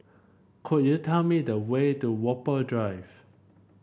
could you tell me the way to Whampoa Drive